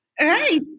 Right